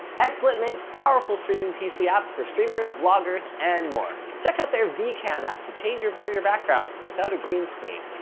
xsplit makes powerful streaming pc apps for streamers, vloggers and more. check out their vcam app to change or blur your background without a green screen.